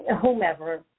whomever